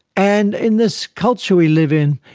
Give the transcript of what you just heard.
and in this culture we live in,